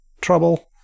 trouble